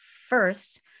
first